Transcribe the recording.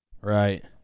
Right